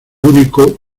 único